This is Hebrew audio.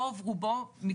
רוב-רובו,